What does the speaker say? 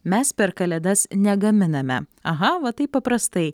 mes per kalėdas negaminame aha va taip paprastai